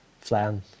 Flan